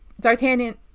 d'artagnan